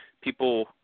People